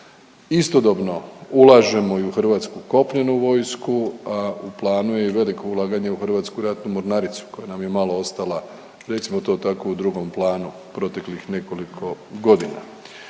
Istodobno ulažemo i u hrvatsku kopnenu vojsku, u planu je i veliko ulaganje u Hrvatsku ratnu mornaricu koja nam je malo ostala, recimo to tako, u drugom planu proteklih nekoliko godina.